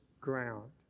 ground